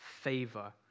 favor